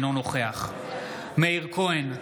אינו נוכח מאיר כהן,